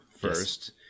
first